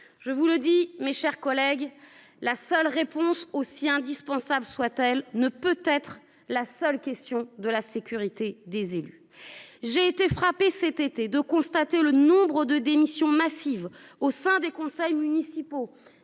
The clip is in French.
Je vous le dis, mes chers collègues, la réponse, aussi indispensable soit elle, ne peut être la seule question de la sécurité des élus. J’ai été frappée cet été de constater des démissions massives au sein des conseils municipaux